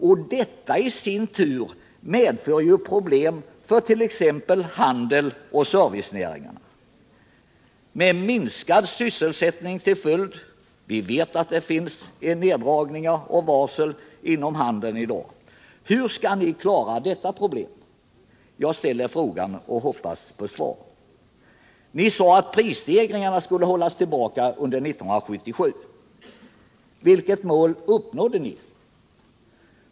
Och detta i sin tur medför problem för t.ex. handelsoch servicenäringarna — med minskad sysselsättning som följd. Vi vet att det förekommer inskränkningar och varsel inom handeln i dag. Hur skall ni klara detta problem? Jag ställer frågan och hoppas få svar. Ni sade att prisstegringarna skulle hållas tillbaka under 1977. Vilket mål uppnådde ni?